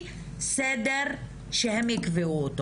ההומניטריות שלוקח הרבה זמן עד לקבלת החלטות,